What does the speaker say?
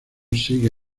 sigue